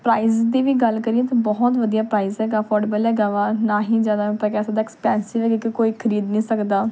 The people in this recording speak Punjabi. ਪ੍ਰਾਈਜ ਦੀ ਵੀ ਗੱਲ ਕਰੀਏ ਤਾਂ ਬਹੁਤ ਵਧੀਆ ਪ੍ਰਾਈਸ ਹੈਗਾ ਅਫੋਰਡਬਲ ਹੈਗਾ ਵਾ ਨਾ ਹੀ ਜ਼ਿਆਦਾ ਆਪਾਂ ਕਹਿ ਸਕਦੇ ਐਕਸਪੈਂਸਿਵ ਹੈਗਾ ਕਿ ਕੋਈ ਖਰੀਦ ਨਹੀਂ ਸਕਦਾ